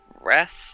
rest